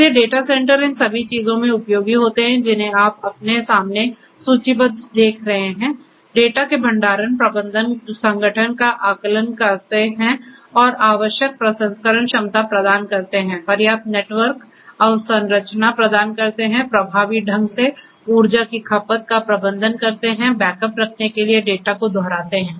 इसलिए data centre इन सभी चीजों में उपयोगी होते हैं जिन्हें आप अपने सामने सूचीबद्ध देख रहे हैं डेटा के भंडारण प्रबंधन संगठन का आकलन करते हैं और आवश्यक प्रसंस्करण क्षमता प्रदान करते हैं पर्याप्त नेटवर्क अवसंरचना प्रदान करते हैं प्रभावी ढंग से ऊर्जा की खपत का प्रबंधन करते हैं बैकअप रखने के लिए डेटा को दोहराते हैं